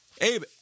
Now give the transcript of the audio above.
Abe